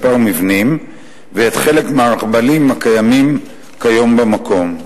מבנים וחלק מהרכבלים הקיימים כיום במקום.